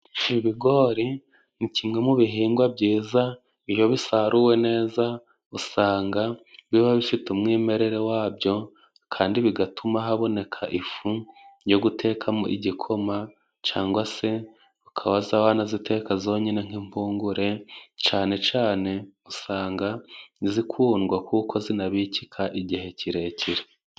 Ibigori ni kimwe mu bihingwa byiza iyo bisaruwe neza usanga biba bifite umwimerere wabyo, kandi bigatuma haboneka ifu yo gutekamo igikoma cangwa se, ukaba wanaziteka zonyine nk'impungure cane cane usanga zikundwa, kuko zinabikika igihe kirekire.